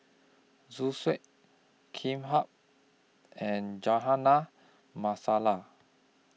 Zosui and Masala